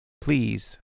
please